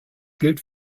gilt